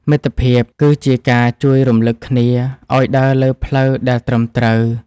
មិត្តភាពគឺជាការជួយរំលឹកគ្នាឱ្យដើរលើផ្លូវដែលត្រឹមត្រូវ។